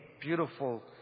beautiful